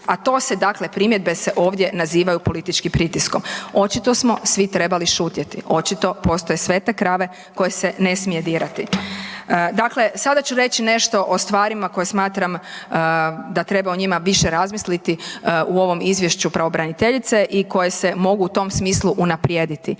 a to se, dakle primjedbe se ovdje nazivaju političkim pritiskom. Očito smo svi trebali šutjeti, očito postoje svete krave koje se ne smije dirati. Dakle, sada ću reći nešto o stvarima koje smatram da treba o njima više razmisliti u ovom Izvješću pravobraniteljice i koje se mogu u tom smislu unaprijediti,